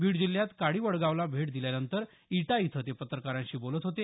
बीड जिल्ह्यात काडी वडगावला भेट दिल्यानंतर इटा इथं ते पत्रकारांशी बोलत होते